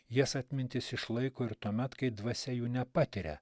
jas atmintis išlaiko ir tuomet kai dvasia jų nepatiria